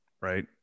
right